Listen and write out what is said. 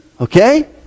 okay